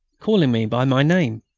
calling me by my name.